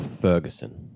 Ferguson